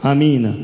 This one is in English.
Amen